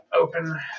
open